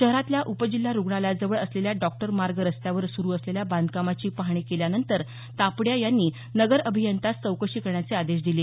शहरातल्या उपजिल्हा रूग्णालयाजवळ असलेल्या डॉक्टर मार्ग रस्त्यावर सुरू असलेल्या बांधकामाची पाहणी केल्यानंतर तापडिया यांनी नगर अभियंत्यास चौकशी करण्याचे आदेश दिले